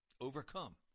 Overcome